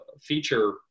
feature